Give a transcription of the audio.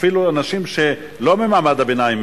אפילו אנשים שהם לא ממעמד הביניים,